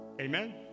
Amen